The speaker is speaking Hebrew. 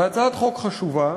בהצעת חוק חשובה,